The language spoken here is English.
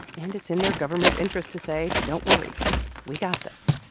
and it's in their government's interest to say, don't worry we got this